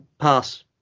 pass